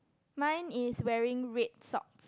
mine is wearing red socks